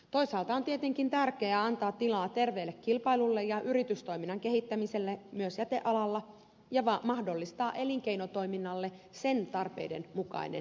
toisaalta on tietenkin tärkeää antaa tilaa terveelle kilpailulle ja yritystoiminnan kehittämiselle myös jätealalla ja mahdollistaa elinkeinotoiminnalle sen tarpeiden mukainen jätepalvelu